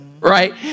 Right